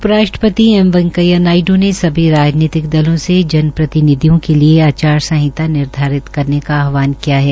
उप राष्ट्रपति एम वेंकैया नायड्र ने सभी राजनीतिक दलों से जन प्रतिनिधियों के लिए आचार संहिता निर्धारित करने का आहवान किया है